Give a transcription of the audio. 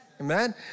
amen